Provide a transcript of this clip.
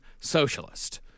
socialist